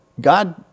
God